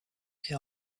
est